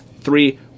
Three